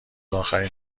آخرین